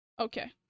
okay